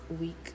week